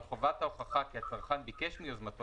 אבל חובת ההוכחה כי הצרכן ביקש מיוזמתו